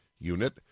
unit